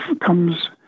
comes